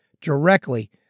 directly